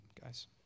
guys